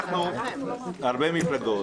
אנחנו הרבה מפלגות,